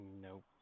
Nope